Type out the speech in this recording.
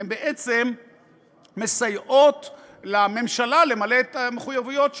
הן בעצם מסייעות לממשלה למלא את המחויבויות שלה.